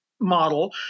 Model